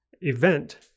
event